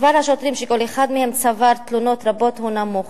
מספר השוטרים שכל אחד מהם צבר תלונות רבות הוא נמוך.